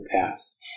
pass